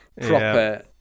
Proper